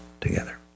together